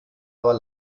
aber